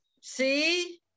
see